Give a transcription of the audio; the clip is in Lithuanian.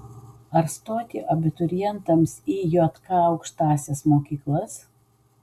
ar stoti abiturientams į jk aukštąsias mokyklas